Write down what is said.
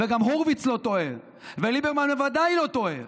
וגם הורוביץ לא טועה, וליברמן בוודאי לא טועה,